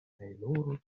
tajloro